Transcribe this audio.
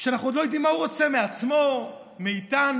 שאנחנו עוד לא יודעים מה הוא רוצה מעצמו, מאיתנו.